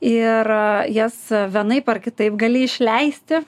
ir jas vienaip ar kitaip gali išleisti